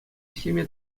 ӗҫлеме